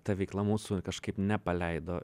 ta veikla mūsų kažkaip nepaleido